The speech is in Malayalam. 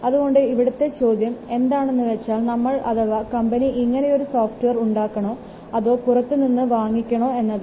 അതുകൊണ്ട് ഇവിടത്തെ ചോദ്യം എന്താണെന്നുവെച്ചാൽ നമ്മൾ അഥവാ കമ്പനി ഇങ്ങനെയൊരു സോഫ്റ്റ്വെയർ ഉണ്ടാക്കണോ അതോ പുറത്തു നിന്ന് വാങ്ങിക്കണമോ എന്നതാണ്